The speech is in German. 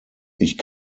ich